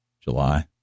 July